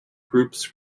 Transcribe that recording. groups